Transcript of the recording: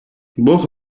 бог